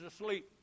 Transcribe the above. asleep